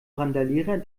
randalierer